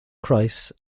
kreis